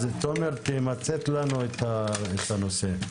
אז תומר, תתמצת לנו את הנושא.